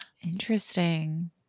Interesting